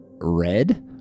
red